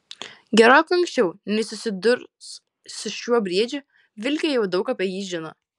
gerokai anksčiau nei susidurs su šiuo briedžiu vilkė jau daug apie jį žino